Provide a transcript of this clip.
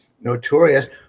notorious